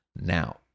now